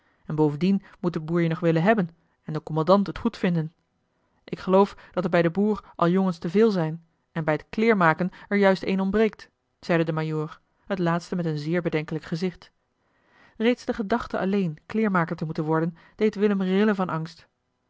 en bovendien moet de boer je nog willen hebben en de kommandant het goedvinden ik geloof dat er bij den boer al jongens te veel zijn en bij het kleermaken er juist een ontbreekt zeide de majoor het laatste met een zeer bedenkelijk gezicht reeds de gedachte alleen kleermaker te moeten worden deed willem rillen van angst